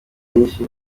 byinshi